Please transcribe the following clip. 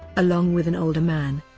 along with an older man.